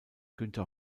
günter